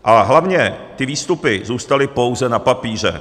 A hlavně ty výstupy zůstaly pouze na papíře.